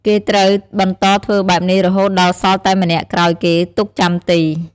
គេត្រូវបន្តធ្វើបែបនេះរហូតដល់សល់តែម្នាក់ក្រោយគេទុកចាំទី។